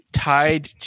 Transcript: tied